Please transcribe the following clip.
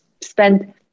spend